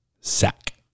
sack